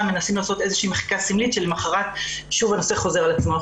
מנסים לעשות איזושהי מחיקה סמלית שלמחרת שוב הנושא חוזר על עצמו.